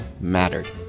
mattered